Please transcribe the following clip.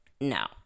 no